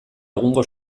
egungo